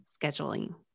scheduling